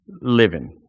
living